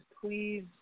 please